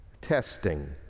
testing